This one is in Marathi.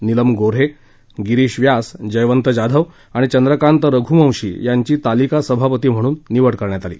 नीलम गोन्हे गिरिश व्यास जयवंत जाधव आणि चंद्रकांत रघुवंशी यांची तालिका सभापती म्हणून निवड करण्यात आली